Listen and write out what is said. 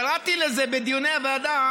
קראתי לזה בדיוני הוועדה,